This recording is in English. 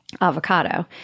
avocado